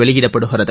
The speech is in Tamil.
வெளியிடப்படுகிறது